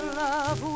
love